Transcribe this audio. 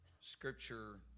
scripture